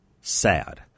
sad